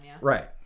right